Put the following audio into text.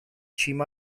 cima